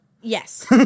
yes